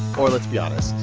or let's be honest.